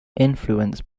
influenced